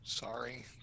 Sorry